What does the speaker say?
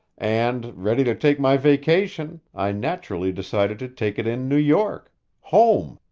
and, ready to take my vacation, i naturally decided to take it in new york home!